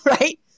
right